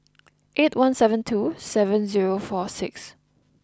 eight one seven two seven zero four six